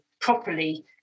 properly